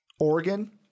Oregon